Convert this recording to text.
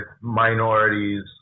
minorities